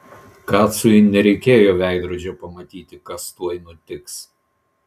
kacui nereikėjo veidrodžio pamatyti kas tuoj nutiks